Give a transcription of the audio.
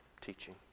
teaching